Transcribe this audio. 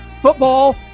Football